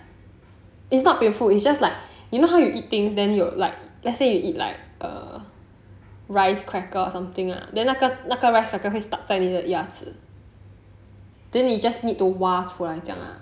it's not painful it's just like you know how you eat things then like let's say you eat like err rice cracker or something ah then 那个那个 rice cracker 会 stuck 在你的牙齿 then you just need to 挖出来这样 lah